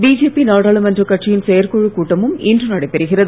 BJP நாடாளுமன்றக் கட்சியின் செயற்குழுக் கூட்டமும் இன்று நடைபெறுகிறது